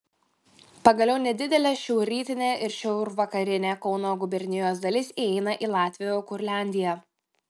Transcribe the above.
pagaliau nedidelė šiaurrytinė ir šiaurvakarinė kauno gubernijos dalis įeina į latvių kurliandiją